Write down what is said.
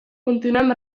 continuem